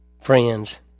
friends